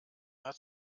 hat